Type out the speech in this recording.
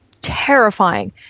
terrifying